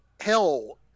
hell